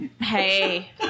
Hey